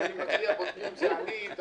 בודקים אם זה אני.